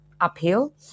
uphill